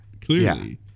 clearly